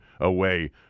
away